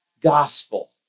gospel